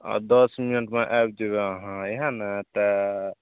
दस मिनटमे आबि जेबै अहाँ इहए ने तऽ